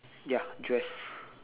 ya dress